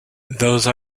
these